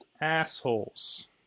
Assholes